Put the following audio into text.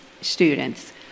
students